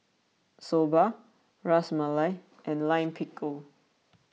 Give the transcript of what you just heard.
Soba Ras Malai and Lime Pickle